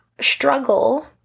struggle